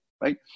right